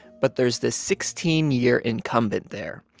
but there's this sixteen year incumbent there.